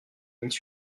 lignes